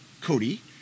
Cody